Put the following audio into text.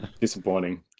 disappointing